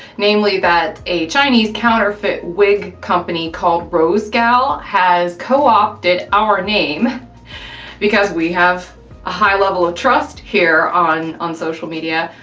namely that a chinese counterfeit wig company called rosegal has co-opted our name because we have a high level of trust here on on social media.